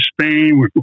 Spain